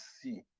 see